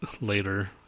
later